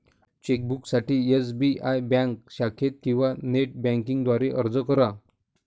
चेकबुकसाठी SBI bank शाखेत किंवा नेट बँकिंग द्वारे अर्ज करा